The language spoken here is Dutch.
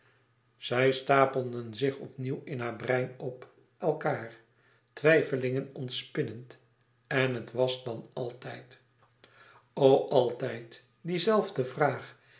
zij stapelden zich opnieuw in haar brein op elkaâr twijfelingen ontspinnend en het was dan altijd o altijd die zelfde vraag